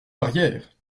barrières